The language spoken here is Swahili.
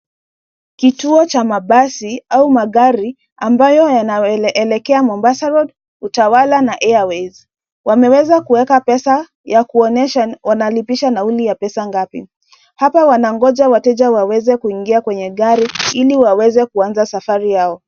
Kituo cha mabasi au magari, ambayo yanayoelekea Mombasa road, Utawala na Airways. Wameweza kuweka pesa, ya kuonesha wanalipisha nauli ya pesa ngapi. Hapa wanangoja wateja waweze kuingia kwenye gari, ili waweze kuanza safari yao.